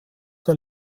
der